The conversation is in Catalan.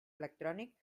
electrònic